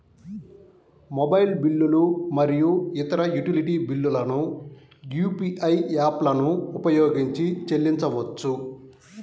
mobile బిల్లులు మరియు ఇతర యుటిలిటీ బిల్లులను యూ.పీ.ఐ యాప్లను ఉపయోగించి చెల్లించవచ్చు